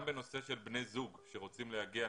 גם בנושא של בני זוג שרוצים להגיע,